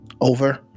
over